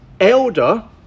elder